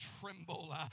tremble